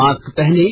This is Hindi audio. मास्क पहनें